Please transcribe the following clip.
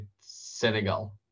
Senegal